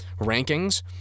rankings